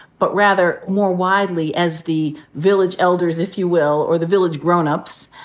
but rather more widely as the village elders, if you will, or the village grownups,